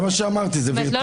זה מה שאמרתי, זה וירטואלי.